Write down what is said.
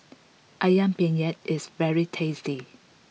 Ayam Penyet is very tasty